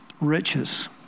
riches